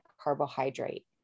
carbohydrate